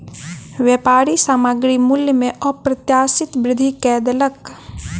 व्यापारी सामग्री मूल्य में अप्रत्याशित वृद्धि कय देलक